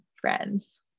friends